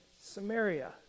Samaria